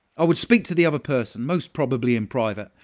i would speak to the other person, most probably in private,